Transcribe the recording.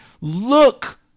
look